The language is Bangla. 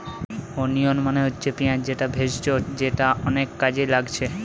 ওনিয়ন মানে হচ্ছে পিঁয়াজ যেটা ভেষজ যেটা অনেক কাজে লাগছে